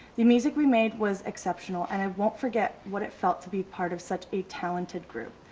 the music we made was exceptional and i won't forget what it felt to be part of such a talented group.